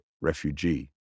refugee